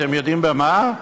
אתם יודעים במה?